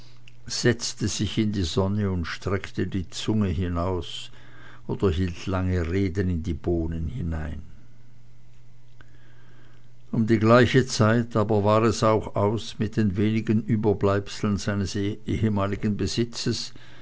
setzte sich in die sonne und streckte die zunge heraus oder hielt lange reden in die bohnen hinein um die gleiche zeit aber war es auch aus mit den wenigen überbleibseln seines ehemaligen besitzes